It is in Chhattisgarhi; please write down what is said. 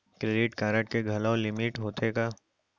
क्रेडिट कारड के घलव लिमिट होथे का?